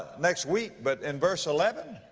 next week, but in verse eleven.